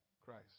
Christ